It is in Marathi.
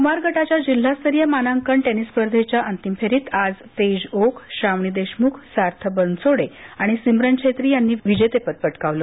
कुमार गटाच्या जिल्हास्तरीय मानांकन टेनिस स्पर्धेंच्या अंतिम फेरीत आज तेज ओक श्रावणी देशमुख सार्थ बनसोडे आणि सिम्रन छेत्री यांनी विजेतेपद पटकावलं